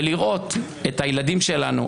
והיה רואה את הילדים שלנו,